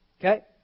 Okay